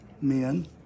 men